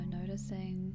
noticing